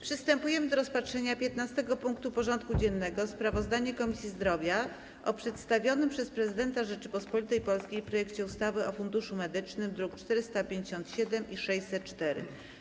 Przystępujemy do rozpatrzenia punktu 15. porządku dziennego: Sprawozdanie Komisji Zdrowia o przedstawionym przez Prezydenta Rzeczypospolitej Polskiej projekcie ustawy o Funduszu Medycznym (druki nr 457 i 604)